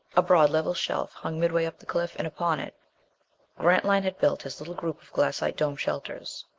a broad level shelf hung midway up the cliff, and upon it grantline had built his little group of glassite dome shelters.